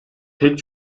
pek